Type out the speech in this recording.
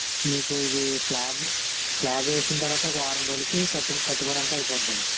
మీకు ఇది slab slab వేసిన తర్వాత ఒక వారం రోజులకి కట్టు కట్టుబడి అంతా అయిపోతుంది అండి